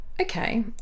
okay